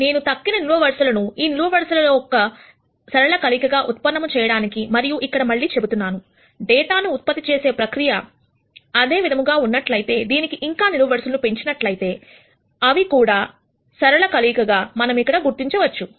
నేను తక్కిన నిలువు వరుసలను ఈ నిలువు వరుసలో యొక్క ఒక సరళ కలయికగా ఉత్పన్నం చేయడానికి మరియు ఇక్కడ మళ్లీ చెబుతున్నాను డేటా ను ఉత్పత్తి చేసే ప్రక్రియ అదే విధముగా ఉన్నట్లయితే దీనికి ఇంకా నిలువు వరుసలు ను పెంచినట్లయితే అవి కూడా యొక్క సరళ కలయికలు గా మనం ఇక్కడ గుర్తించవచ్చు